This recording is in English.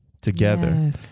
together